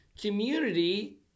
community